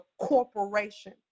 corporation